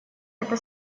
это